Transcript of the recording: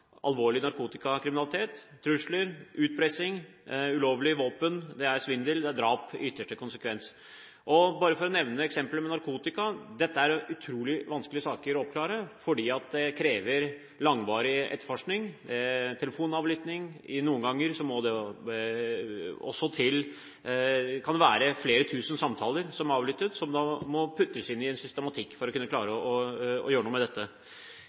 alvorlig narkotikakriminalitet, trusler, utpressing, ulovlige våpen, svindel og – i sin ytterste konsekvens – drap. Bare for å nevne noen eksempler med narkotika: Dette er utrolig vanskelige saker å oppklare, fordi de krever langvarig etterforskning, med bl.a. telefonavlytting. Det kan være flere tusen samtaler som blir avlyttet, og som må puttes inn i en systematikk for at man skal kunne klare å gjøre noe med dette.